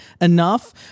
enough